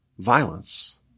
violence